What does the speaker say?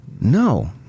No